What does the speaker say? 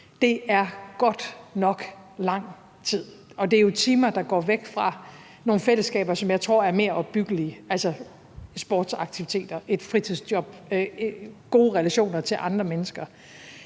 Det er godt nok lang tid. Det er jo timer, der går væk fra nogle fællesskaber, som jeg tror er mere opbyggelige, altså sportsaktiviteter, et fritidsjob, gode relationer til andre mennesker.